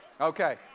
okay